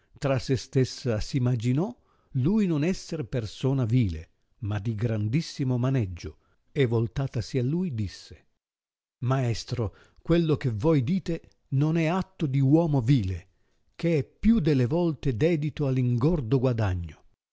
tra se stessa s'imaginò lui non esser persona vile ma di grandissimo maneggio e voltatasi a lui disse maestro quello che voi dite non è atto di uomo vile che è più delle volte dedito all ingordo guadagno